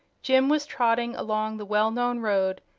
jim was trotting along the well-known road,